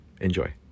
Enjoy